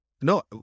no